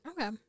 Okay